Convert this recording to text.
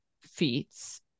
feats